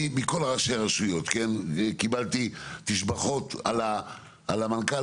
אני, מכל ראשי הרשויות קיבלתי תשבחות על המנכ"ל.